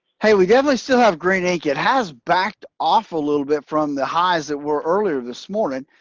hey, we definitely still have green ink. it has backed off a little bit from the highs that were earlier this morning,